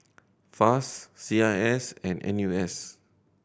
FAS C I S and N U S